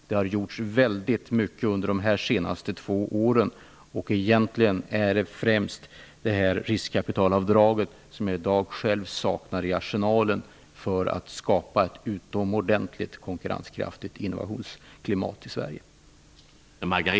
Det har gjorts väldigt mycket i detta sammanhang under de senaste åren, och det är egentligen riskkapitalavdraget som jag själv saknar i arsenalen för att skapa ett utomordentligt konkurrenskraftigt innovationsklimat i Sverige.